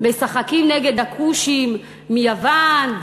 משחקים נגד הכושים מיוון?